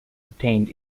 obtained